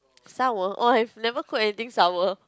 sour oh I've never cooked anything sour